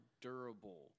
durable